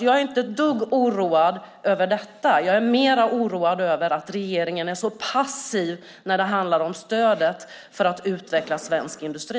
Jag är inte ett dugg oroad över detta. Jag är mer oroad över att regeringen är så passiv när det gäller stödet för att utveckla svensk industri.